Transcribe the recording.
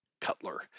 Cutler